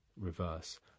reverse